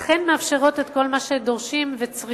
אכן מאפשרות את כל מה שדורשים וצריכים